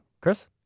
Chris